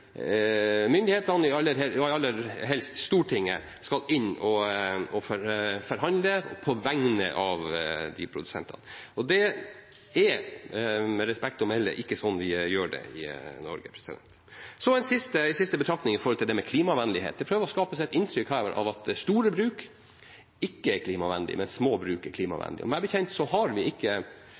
og aller helst Stortinget – skal inn og forhandle på vegne av de produsentene. Det er med respekt å melde ikke slik vi gjør det i Norge. Så en siste betraktning rundt det med klimavennlighet: Man prøver her å skape et inntrykk av at store bruk ikke er klimavennlige, men at små bruk er klimavennlige. Meg bekjent har vi ikke